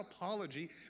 apology